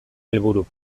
helburu